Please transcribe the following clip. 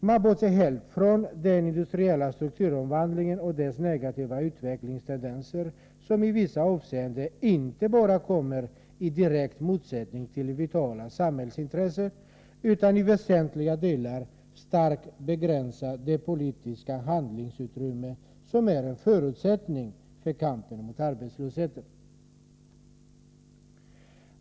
Man bortser helt från den industriella strukturomvandlingen och dess negativa utvecklingstendenser, som i vissa avseenden inte bara kommer i direkt motsättning till vitala samhällsintressen, utan också i väsentliga delar starkt begränsar det politiska handlingsutrymme som är en förutsättning för kampen mot arbetslösheten.